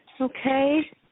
Okay